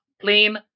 plain